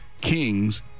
King's